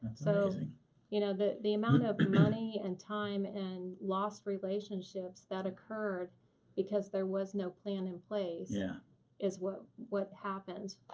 so like you know the the amount of money and time and lost relationships that occurred because there was no plan in place yeah is what what happens.